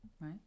right